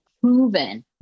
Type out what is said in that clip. proven